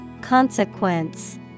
Consequence